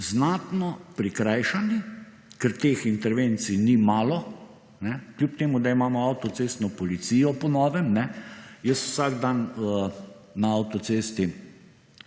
znatno prikrajšani, ker teh intervencij ni malo kljub temu, da imamo avtocestno policijo po novem. Jaz vsak dan na avtocesti